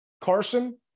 Carson